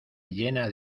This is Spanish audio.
llena